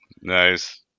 nice